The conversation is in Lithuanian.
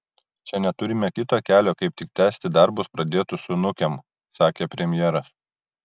čia neturime kito kelio kaip tik tęsti darbus pradėtus su nukem sakė premjeras